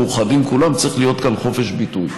מאוחדים: צריך להיות כאן חופש ביטוי.